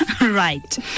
Right